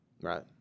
Right